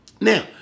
Now